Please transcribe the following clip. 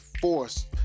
force